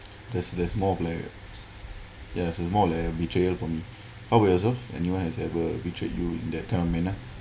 there's there's more of like yes it's more of like a betrayal for me how about yourself anyone has ever betray you in that kind of manner